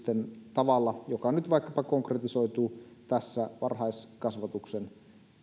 tavalla joka nyt konkretisoituu vaikkapa tässä varhaiskasvatuksen toimijoiden